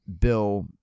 bill